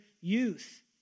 youth